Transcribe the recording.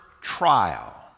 trial